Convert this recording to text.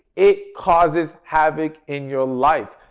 it causes havoc in your life.